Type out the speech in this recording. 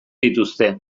dituzte